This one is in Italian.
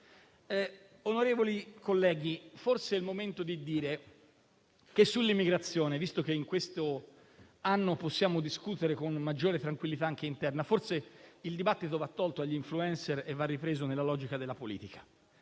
forse è il momento di dire che sull'immigrazione, visto che in quest'anno possiamo discutere anche con maggiore tranquillità interna, il dibattito va tolto agli *influencer* e va ripreso nella logica della politica.